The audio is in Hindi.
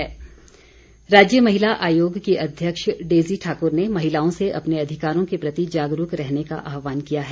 महिला आयोग राज्य महिला आयोग की अध्यक्ष डेजी ठाकुर ने महिलाओं से अपने अधिकारों के प्रति जागरूक रहने का आहवान किया है